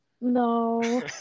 No